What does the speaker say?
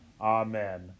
amen